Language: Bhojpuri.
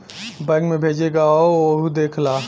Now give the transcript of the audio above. बैंक मे भेजे क हौ वहु देख ला